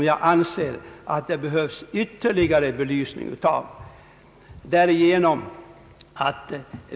Jag anser att det behövs en ytterligare belysning av den.